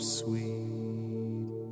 sweet